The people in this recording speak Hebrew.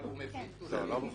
הוא מביא נתונים,